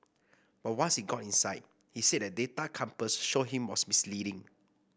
but once he got inside he said the data compass showed him was misleading